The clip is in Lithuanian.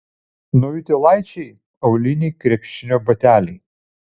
naujutėlaičiai auliniai krepšinio bateliai